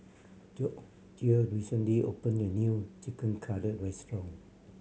Gregoria recently opened a new Chicken Cutlet Restaurant